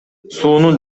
суунун